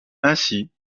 ainsi